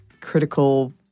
critical